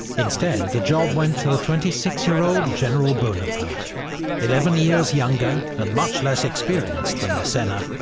instead, the job went to the twenty six year-old general bonaparte eleven years younger and much less experienced than massena,